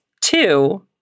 Two